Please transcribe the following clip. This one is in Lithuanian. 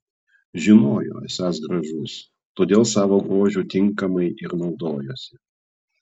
žinojo esąs gražus todėl savo grožiu tinkamai ir naudojosi